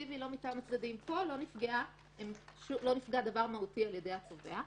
פה לא נפגע דבר מהותי על ידי התובע.